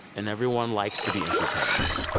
and everyone likes to be entertained,